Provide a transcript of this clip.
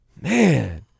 Man